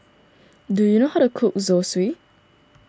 do you know how to cook Zosui